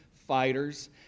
Fighters